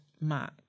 Mac